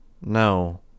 No